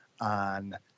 on